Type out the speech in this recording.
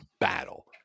battle